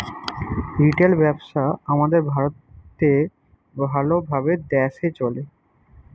retail ব্যবসা আমাদের ভারতে ভাল ভাবে দ্যাশে চলে